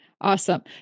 Awesome